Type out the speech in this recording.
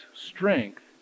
strength